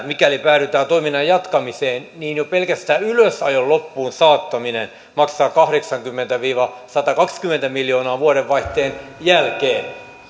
mikäli päädytään toiminnan jatkamiseen niin jo pelkästään ylösajon loppuunsaattaminen maksaa kahdeksankymmentä viiva satakaksikymmentä miljoonaa vuodenvaihteen jälkeen